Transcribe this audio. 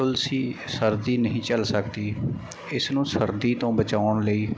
ਤੁਲਸੀ ਸਰਦੀ ਨਹੀਂ ਝੱਲ ਸਕਦੀ ਇਸ ਨੂੰ ਸਰਦੀ ਤੋਂ ਬਚਾਉਣ ਲਈ